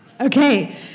Okay